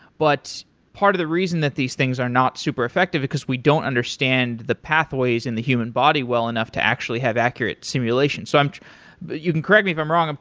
but part of the reason that these things are not super effective, because we don't understand the pathways in the human body well enough to actually have accurate simulation. so you can correct me if i'm wrong.